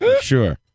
Sure